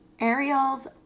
Ariel's